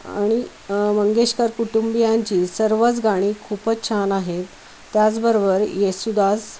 आणि मंगेशकर कुटुंबियांची सर्वच गाणी खूपच छान आहेत त्याचबरोबर येसुदास